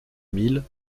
milles